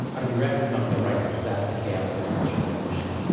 are to be reckoned among their rights. this was after the chaos of the french revolution.